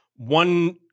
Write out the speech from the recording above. One